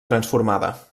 transformada